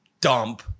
dump